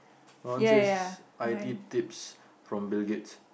I want this i_t tips from bill-gates